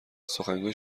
سخنگوی